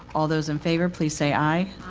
all those in favor, please say, aye.